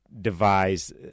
devise